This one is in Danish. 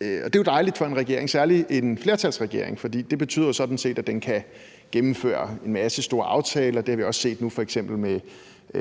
er jo dejligt for en regering, særlig en flertalsregering. For det betyder jo sådan set, at den kan gennemføre en masse store aftaler – det har vi f.eks. nu også set med